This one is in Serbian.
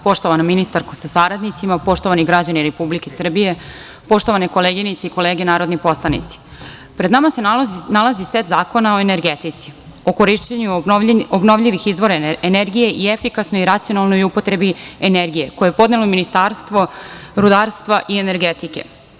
Poštovana ministarko sa saradnicima, poštovani građani Republike Srbije, poštovane koleginice i kolege narodni poslanici, pred nama se nalazi set zakona o energetici, o korišćenju obnovljivih izvora energije i efikasnoj i racionalnoj upotrebi energije, koje je podnelo Ministarstvo rudarstva i energetike.